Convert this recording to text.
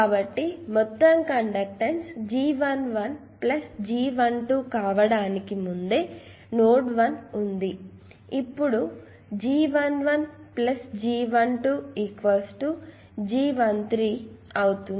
కాబట్టి మొత్తం conductance G11 G12 కావడానికి ముందే నోడ్ 1 ఉంది ఇప్పుడు G11 G12G13 ను అవుతుంది